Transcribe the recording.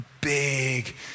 big